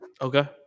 Okay